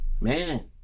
man